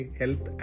health